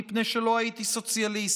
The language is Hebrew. מפני שלא הייתי סוציאליסט,